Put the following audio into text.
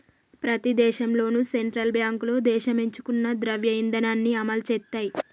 ప్రతి దేశంలోనూ సెంట్రల్ బ్యాంకులు దేశం ఎంచుకున్న ద్రవ్య ఇధానాన్ని అమలు చేత్తయ్